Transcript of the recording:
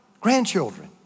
grandchildren